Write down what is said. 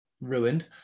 ruined